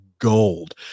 Gold